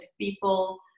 people